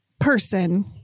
person